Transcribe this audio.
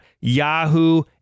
Yahoo